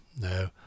no